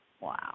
Wow